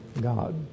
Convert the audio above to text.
God